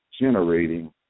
generating